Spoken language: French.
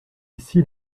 ici